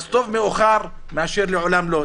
אז טוב מאוחר מאשר לעולם לא.